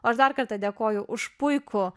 o aš dar kartą dėkoju už puikų